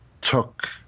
took